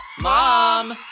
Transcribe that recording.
Mom